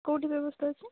କେଉଁଠି ବ୍ୟବସ୍ଥା ଅଛି